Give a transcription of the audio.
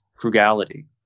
frugality